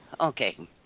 Okay